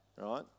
right